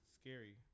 scary